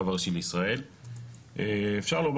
סלחו לי על האמירה אנחנו בדיון בירוקרטי לחלוטין לאורך מסורת ישראל,